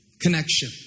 connection